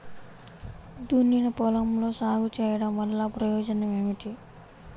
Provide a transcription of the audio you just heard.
దున్నిన పొలంలో సాగు చేయడం వల్ల ప్రయోజనం ఏమిటి?